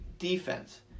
defense